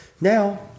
Now